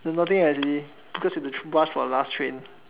nothing actually cause we have to rush for the last train